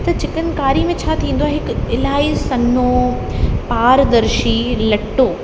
त चिकनकारी में छा थींदो आहे हिकु इलाही सनो पारदर्शी लटो